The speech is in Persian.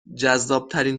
جذابترین